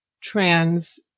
trans